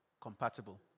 compatible